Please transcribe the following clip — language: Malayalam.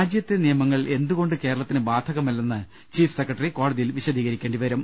രാജ്യത്തെ നിയമങ്ങൾ എന്തുകൊണ്ട് കേരളത്തിന് ബാധകല്ലെന്ന് ചീഫ് സെക്രട്ടറി കോടതിയിൽ വിശദീകരിക്കേണ്ടി വരും